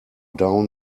down